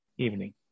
Evening